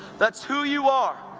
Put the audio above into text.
that's who you are,